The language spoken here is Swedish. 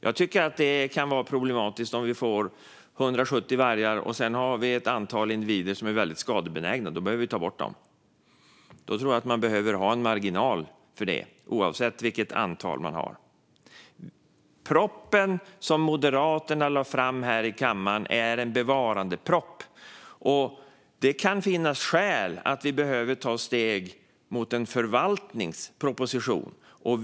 Jag tycker att det kan vara problematiskt om vi får 170 vargar och har ett antal individer som är väldigt skadebenägna. Då behöver vi ta bort dem. Då tror jag att man behöver ha en marginal för det, oavsett vilket antal man har. Det förslag som Moderaterna lade fram här i kammaren är en bevarandeproposition, och det kan finnas skäl att ta steg mot en förvaltningsproposition.